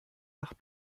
nach